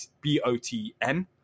b-o-t-n